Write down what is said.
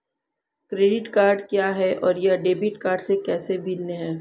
Credit card क्या है और यह डेबिट कार्ड से कैसे भिन्न है?